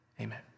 Amen